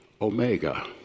Omega